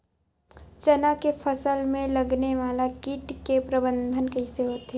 चना के फसल में लगने वाला कीट के प्रबंधन कइसे होथे?